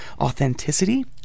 authenticity